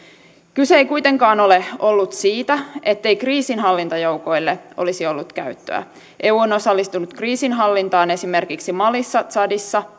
kyse ei kuitenkaan ole ollut siitä ettei kriisinhallintajoukoille olisi ollut käyttöä eu on osallistunut kriisinhallintaan esimerkiksi malissa tsadissa